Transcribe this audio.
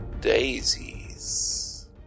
daisies